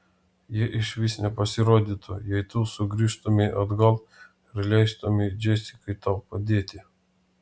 jie išvis nepasirodytų jei tu sugrįžtumei atgal ir leistumei džesikai tau padėti